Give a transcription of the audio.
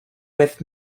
with